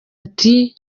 ati